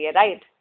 right